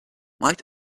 might